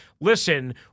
listen